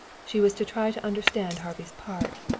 she was to try to understand harvey's part.